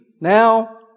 Now